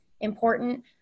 important